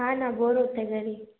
हो ना बोर होतं आहे घरी